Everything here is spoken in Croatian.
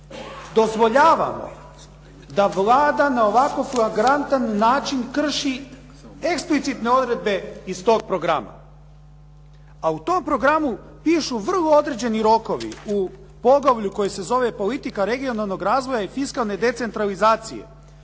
Dozvoljavamo da Vlada na ovako flagrantan način krši eksplicitne odredbe iz tog programa a u tom programu pišu vrlo određeni rokovi u poglavlju koje se zove politika regionalnog razvoja i fiskalne decentralizacije.